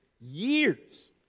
years